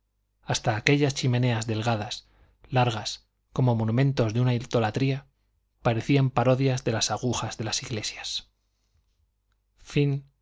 hasta aquellas chimeneas delgadas largas como monumentos de una idolatría parecían parodias de las agujas de las iglesias